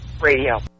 radio